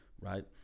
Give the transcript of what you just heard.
Right